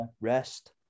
rest